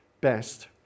best